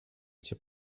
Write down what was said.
cię